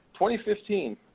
2015